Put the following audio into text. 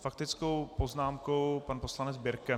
S faktickou poznámkou pan poslanec Birke.